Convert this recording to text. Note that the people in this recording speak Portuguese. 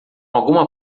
alguma